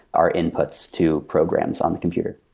our inputs to programs on the computer